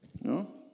No